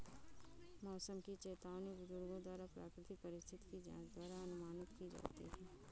मौसम की चेतावनी बुजुर्गों द्वारा प्राकृतिक परिस्थिति की जांच द्वारा अनुमानित की जाती थी